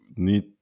need